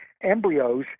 embryos